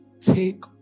Take